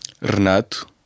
Renato